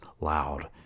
loud